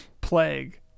plague